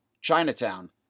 Chinatown